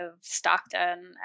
Stockton